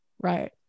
Right